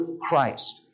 Christ